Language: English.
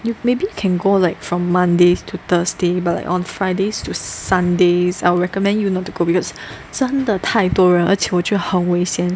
you maybe can go like from Monday to Thursday but on Fridays to Sundays I would recommend you not to go because 真的太多人而且我觉得很危险